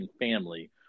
family